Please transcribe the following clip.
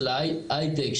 של ההייטק,